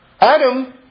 Adam